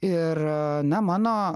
ir na mano